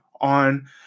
on